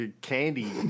candy